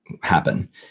happen